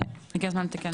הגיע הזמן לתקן את זה.